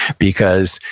because,